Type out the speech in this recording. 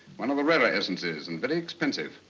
one of the rarer essences and very expensive.